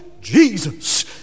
Jesus